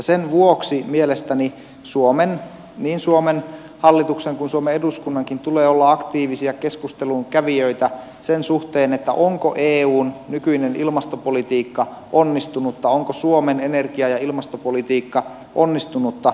sen vuoksi mielestäni niin suomen hallituksen kuin suomen eduskunnankin tulee olla aktiivisia keskustelun kävijöitä sen suhteen onko eun nykyinen ilmastopolitiikka onnistunutta onko suomen energia ja ilmastopolitiikka onnistunutta